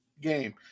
game